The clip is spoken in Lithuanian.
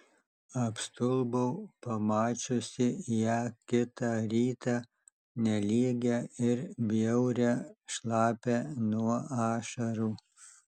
apstulbau pamačiusi ją kitą rytą nelygią ir bjaurią šlapią nuo ašarų